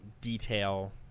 detail